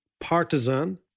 partisan